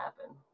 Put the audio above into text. happen